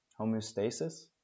homeostasis